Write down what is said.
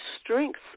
strengths